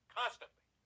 constantly